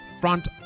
front